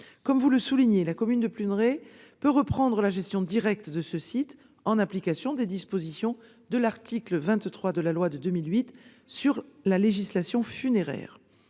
Comme vous le soulignez, la commune de Pluneret peut reprendre la gestion directe de ce site, en application des dispositions de l'article 23 de la loi de 2008 relative à la législation funéraire.